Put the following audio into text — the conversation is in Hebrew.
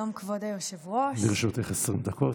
היושב-ראש, לרשותך עשר דקות.